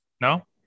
No